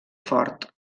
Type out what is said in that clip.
fort